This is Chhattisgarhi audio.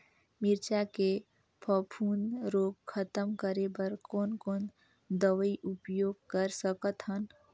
मिरचा के फफूंद रोग खतम करे बर कौन कौन दवई उपयोग कर सकत हन?